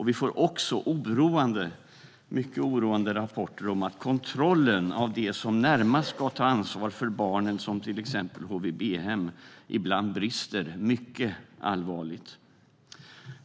Vi får också mycket oroande rapporter om att kontrollen av dem som närmast ska ta ansvar för barnen, till exempel HVB-hem, ibland brister allvarligt.